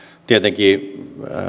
tietenkin